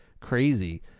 crazy